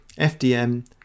FDM